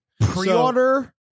pre-order